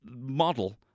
model